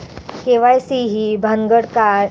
KYC ही भानगड काय?